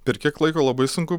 per kiek laiko labai sunku